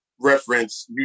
reference